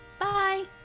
bye